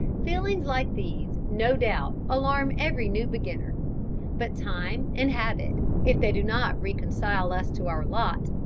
feelings like these no doubt alarm every new beginner but time and habit, if they do not reconcile us to our lot,